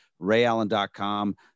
rayallen.com